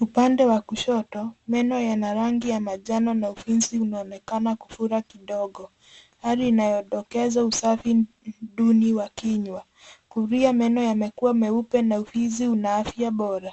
Upande wa kushoto, meno yana rangi ya manjano na ufizi unaonekana kufura kidogo. Hali inayodokeza usafi duni wa kinywa. Kulia meno yamekuwa meupe na ufizi una afya bora